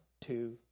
two